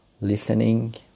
listening